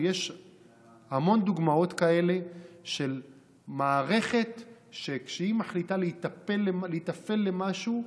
יש המון דוגמאות כאלה של מערכת שכשהיא מחליטה להיטפל למשהו,